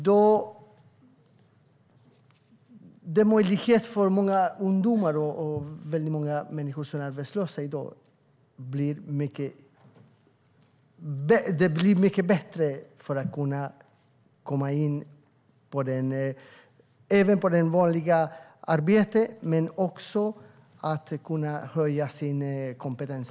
Det blir mycket lättare för många ungdomar och människor som i dag är arbetslösa att komma in även på den vanliga arbetsmarknaden och även att höja sin kompetens.